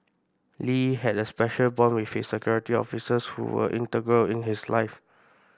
Lee had a special bond with his security officers who were integral in his life